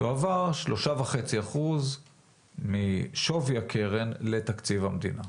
יועברו 3.5% משווי הקרן לתקציב המדינה.